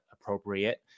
appropriate